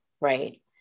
right